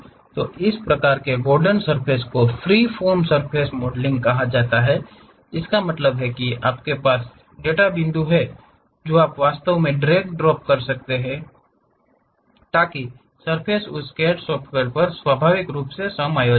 तो इस प्रकार की गॉर्डन सर्फ़ेस को फ्रीफ़ॉर्म सर्फ़ेस मॉडलिंग कहा जाता है इसका मतलब है आपके पास डेटा बिंदु हैं जो आप वास्तव में ड्रैग ड्रॉप कर सकते हैं ताकि सर्फ़ेस उस CAD सॉफ़्टवेयर पर स्वाभाविक रूप से समायोजित हो